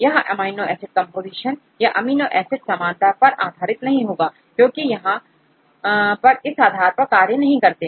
यह amino acid composition या amino acid समानता पर आधारित नहीं होता क्योंकि हम यहां पर इस आधार पर कार्य नहीं करते